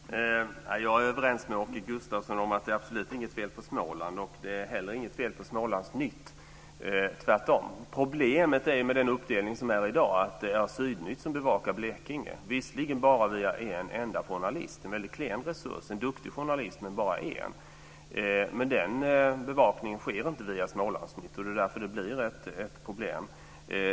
Fru talman! Jag är överens med Åke Gustavsson om att det absolut inte är något fel på Småland. Det är heller inget fel på Smålandsnytt, tvärtom. Problemet med dagens uppdelning är att det är Sydnytt som bevakar Blekinge, via bara en enda journalist. Det är en väldigt klen resurs. Även om det är en duktig journalist är det bara en. Men den bevakningen sker inte via Smålandsnytt, och det är därför det blir ett problem.